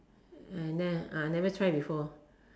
I ne~ I never try before